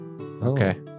okay